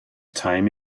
time